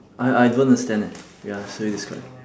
I I don't understand eh ya so you describe